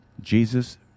Jesus